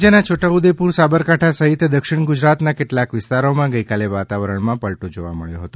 રાજ્યના છોટા ઉદેપુર સાબરકાંઠા સહિત દક્ષિણ ગુજરાતના કેટલાક વિસ્તારોમાં ગઇકાલે વાતાવરણમાં પલટો જોવા મળ્યો છે